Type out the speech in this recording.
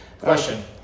Question